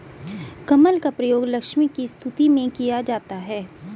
कमल का प्रयोग लक्ष्मी की स्तुति में किया जाता है